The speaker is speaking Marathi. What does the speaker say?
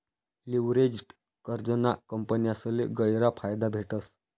लिव्हरेज्ड कर्जना कंपन्यासले गयरा फायदा भेटस